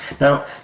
Now